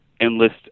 enlist